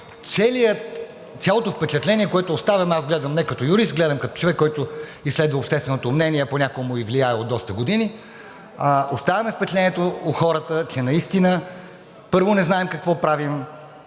цялото впечатление, което оставяме – аз гледам не като юрист, гледам като човек, който изследва общественото мнение, а понякога му и влияе от доста години – оставяме впечатлението у хората, че наистина, първо, не знаем какво правим,